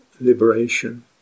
liberation